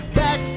back